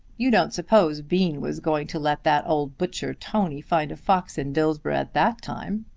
you don't suppose bean was going to let that old butcher, tony, find a fox in dillsborough at that time.